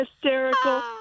hysterical